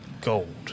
gold